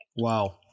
Wow